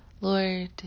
Lord